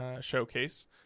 showcase